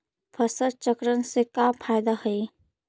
फसल चक्रण से का फ़ायदा हई?